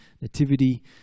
nativity